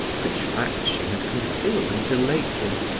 which fact she had concealed until lately.